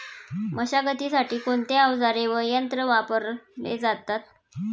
मशागतीसाठी कोणते अवजारे व यंत्र वापरले जातात?